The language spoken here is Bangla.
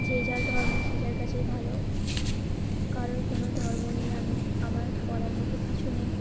যে যার ধর্ম সে যার কাছেই ভালো কারোর কোনো ধর্ম নিয়ে আমি আমার বলার মতো কিছু নেই